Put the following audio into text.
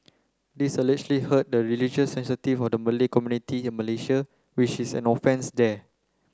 this allegedly hurt the religious sensitivities of the Malay community in Malaysia which is an offence there